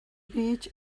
beach